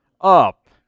up